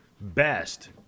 best